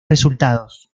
resultados